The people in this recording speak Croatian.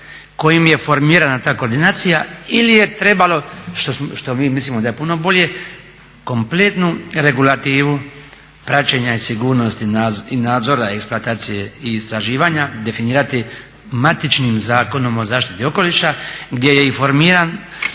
kojim je formirana ta koordinacija ili je trebalo što mi mislimo da je puno bolje, kompletnu regulativu praćenja i sigurnosti i nadzora eksploatacije i istraživanja definirati matičnim Zakonom o zaštiti okoliša gdje je i formiran